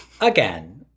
Again